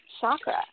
chakra